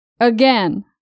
Again